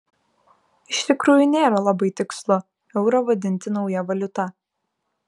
iš tikrųjų nėra labai tikslu eurą vadinti nauja valiuta